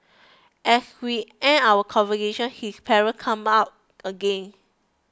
as we end our conversation his parents come up again